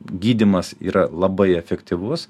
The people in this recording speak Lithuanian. gydymas yra labai efektyvus